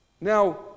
Now